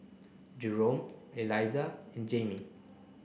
Jerome Eliza and Jayme